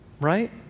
right